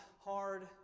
hard